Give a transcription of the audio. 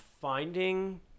finding